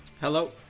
Hello